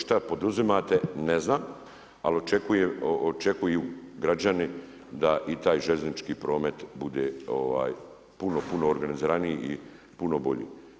Šta poduzimate, ne znam, ali očekujem, očekuju građani da i taj željeznički promet bude puno puno organiziraniji i puno bolji.